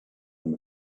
him